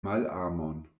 malamon